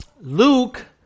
Luke